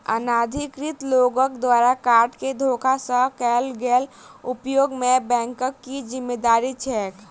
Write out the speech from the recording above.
अनाधिकृत लोकक द्वारा कार्ड केँ धोखा सँ कैल गेल उपयोग मे बैंकक की जिम्मेवारी छैक?